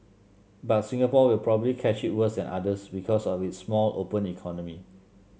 but Singapore will probably catch it worse than others because of its small open economy